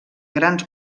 grans